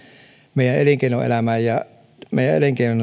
meidän elinkeinoelämäämme ja meidän